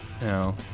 No